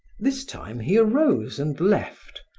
this time, he arose and left,